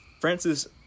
Francis